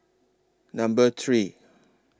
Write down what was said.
Number three